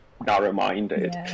narrow-minded